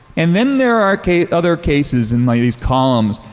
and then there are other cases in like these columns.